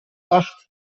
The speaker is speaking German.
acht